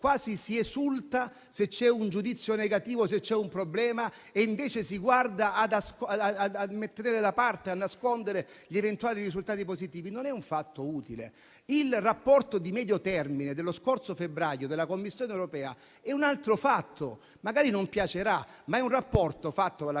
quasi si esulta se c'è un giudizio negativo o un problema, guardando invece a tenere da parte e nascondere gli eventuali risultati positivi. Non è questo un fatto utile. Il rapporto di medio termine dello scorso febbraio della Commissione europea è un altro fatto; magari non piacerà, ma è un rapporto fatto dalla Commissione